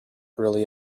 really